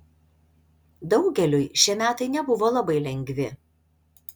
daugeliui šie metai nebuvo labai lengvi